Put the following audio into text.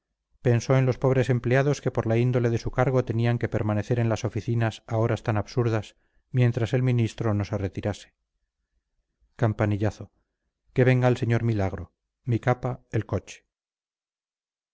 pensó en los pobres empleados que por la índole de su cargo tenían que permanecer en las oficinas a horas tan absurdas mientras el ministro no se retirase campanillazo que venga el sr milagro mi capa el coche